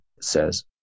says